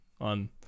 on